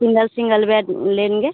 single single bed लेंगे